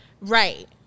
right